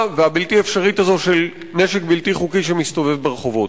והבלתי-אפשרית הזו של נשק בלתי חוקי שמסתובב ברחובות.